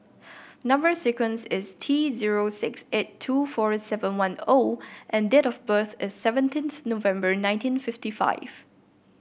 number sequence is T zero six eight two four seven one O and date of birth is seventeenth November nineteen fifty five